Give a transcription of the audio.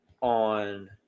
On